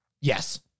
Yes